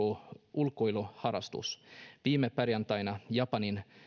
ulkoiluharrastus viime perjantaina japanin